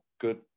good